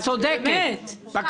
את צודקת אבל לא נתחיל עכשיו דיון על זה.